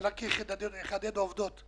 רק אחדד עובדות.